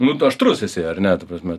nu tu aštrus esi ar ne ta prasme